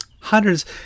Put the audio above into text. Hundreds